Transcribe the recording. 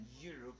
Europe